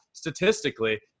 statistically